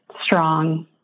strong